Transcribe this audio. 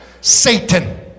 satan